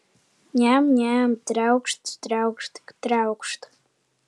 niam niam triaukšt triaukšt triaukšt